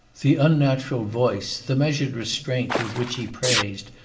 the unnatural voice, the meas ured restraint with which he praised,